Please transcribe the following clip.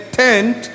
tent